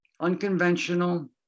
unconventional